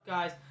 guys